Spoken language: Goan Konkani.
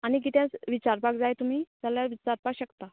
आनी कितें विचारपाक जाय तुमी जाल्यार विचारपाक शकता